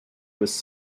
was